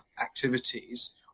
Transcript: activities